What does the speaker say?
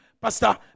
Pastor